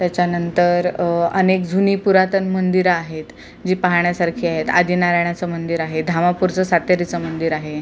त्याच्यानंतर अनेक जुनी पुरातन मंदिरं आहेत जी पाहण्यासारखी आहेत आदिनारायणाचं आहे धामापूरचं सातेरीचं मंदिर आहे